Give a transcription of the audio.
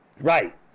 Right